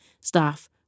staff